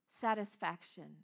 satisfaction